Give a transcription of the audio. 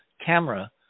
camera